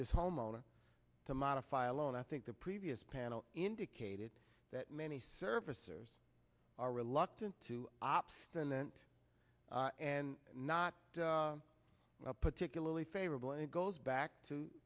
this homeowner to modify a loan i think the previous panel indicated that many servicers are reluctant to obstinant and not particularly favorable and it goes back to